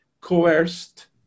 coerced